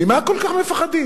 ממה כל כך מפחדים?